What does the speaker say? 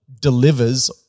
delivers